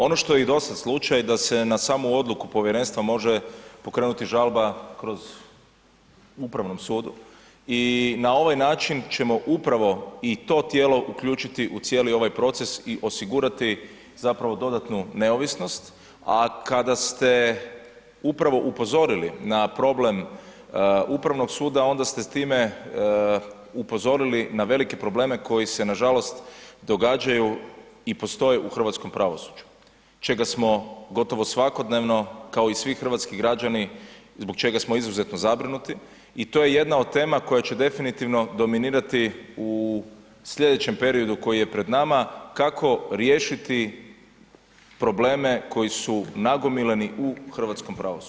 Ono što je i dosad slučaj da se na samu odluku povjerenstva može pokrenuti žalba kroz Upravnom sudu i na ovaj način ćemo upravo i to tijelo uključiti u cijeli ovaj proces i osigurati zapravo dodatnu neovisnost, a kada ste upravo upozorili na problem Upravnog suda onda ste s time upozorili na velike probleme koji se nažalost događaju i postoje u hrvatskom pravosuđu, čega smo gotovo svakodnevno, kao i svi hrvatski građani, zbog čega smo izuzetno zabrinuti i to je jedna od tema koja će definitivno dominirati u slijedećem periodu koji je pred nama, kako riješiti probleme koji su nagomilani u hrvatskom pravosuđu.